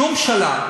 שום שאלה.